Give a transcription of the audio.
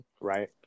Right